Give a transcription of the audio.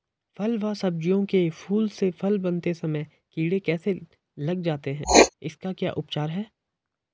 फ़ल व सब्जियों के फूल से फल बनते समय कीड़े कैसे लग जाते हैं इसका क्या उपचार है?